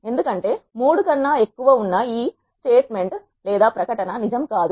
ఎందుకంటే 3 కన్నా ఎక్కువ ఉన్న ఈ ప్రకటన నిజం కాదు